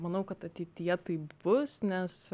manau kad ateityje taip bus nes